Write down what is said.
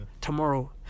tomorrow